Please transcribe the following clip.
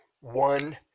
one